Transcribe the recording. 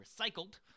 recycled